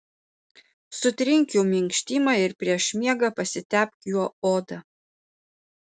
sutrink jų minkštimą ir prieš miegą pasitepk juo odą